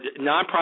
nonprofit